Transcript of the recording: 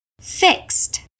fixed